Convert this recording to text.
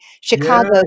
Chicago